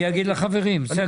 אני אגיד לחברים, בסדר.